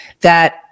that-